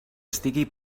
estigui